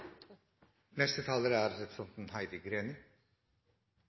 Representanten Heidi Greni